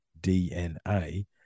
DNA